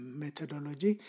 methodology